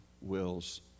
wills